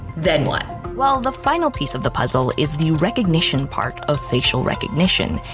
then what? well the final piece of the puzzle is the recognition part of facial recognition,